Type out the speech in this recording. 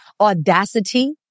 audacity